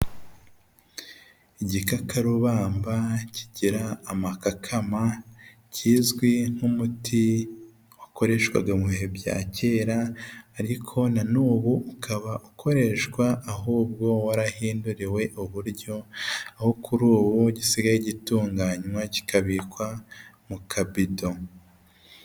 Igikakarubamba kigira amakakama, kizwi nk'umuti wakoreshwaga mu bihe bya kera ariko na n'ubu ukaba ukoreshwa ahubwo warahinduriwe uburyo, aho kuri ubu gisigaye gitunganywa kikabikwa mu kabido.